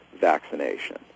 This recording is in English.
vaccination